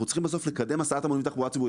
אנחנו צריכים בסוף לקדם הסעת המונים בתחבורה ציבורית.